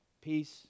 peace